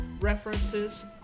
references